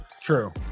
True